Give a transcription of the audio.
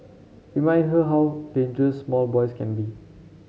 remind her how dangerous small boys can be